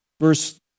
verse